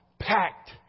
Packed